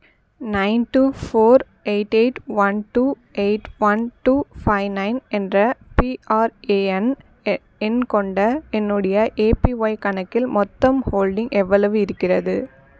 nine two four eight eight one two eight one two five nine என்ற PRAN எண் கொண்ட என்னுடைய APY கணக்கில் மொத்தம் ஹோல்டிங் எவ்வளவு இருக்கிறது